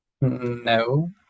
No